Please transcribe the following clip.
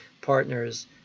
partners